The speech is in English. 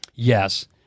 yes